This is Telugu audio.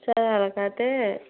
సార్ అట్టయితే